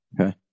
Okay